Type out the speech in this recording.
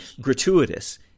gratuitous